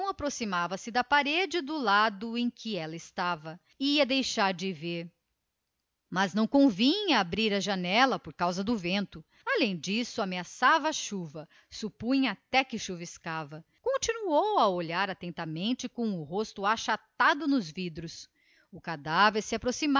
para a parede do lado em que ela estava ia deixar de ver mas não lhe convinha abrir a janela por causa do vento além disso ameaçava chuva era até muito natural que estivesse chuviscando continuou a olhar atentamente com o rosto achatado de encontro aos vidros a rede adiantava-se a